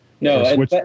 No